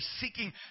seeking